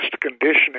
conditioning